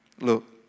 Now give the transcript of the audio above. look